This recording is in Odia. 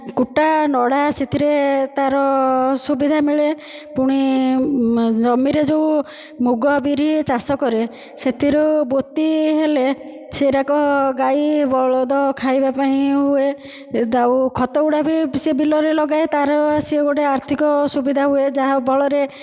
କୁଟା ନଡ଼ା ସେଥିରେ ତା'ର ସୁବିଧା ମିଳେ ପୁଣି ଜମିରେ ଯେଉଁ ମୁଗ ବିରି ଚାଷ କରେ ସେଥିରୁ ବୋତି ହେଲେ ସେଗୁଡ଼ାକ ଗାଈ ବଳଦ ଖାଇବା ପାଇଁ ହୁଏ ତ ଆଉ ଖତ ଗୁଡ଼ା ବି ସେ ବିଲରେ ଲଗାଏ ତା'ର ସିଏ ଗୋଟିଏ ଆର୍ଥିକ ସୁବିଧା ହୁଏ ଯାହା ବଳରେ